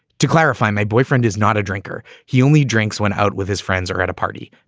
to clarify, my boyfriend is not a drinker. he only drinks, went out with his friends or at a party,